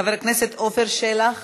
מוותרת, חבר הכנסת עפר שלח,